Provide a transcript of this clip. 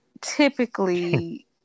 typically